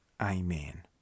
Amen